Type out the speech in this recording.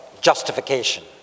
justification